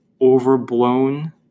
overblown